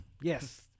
yes